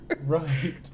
Right